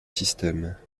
systèmes